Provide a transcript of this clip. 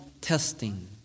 testing